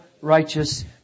righteous